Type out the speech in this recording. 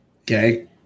Okay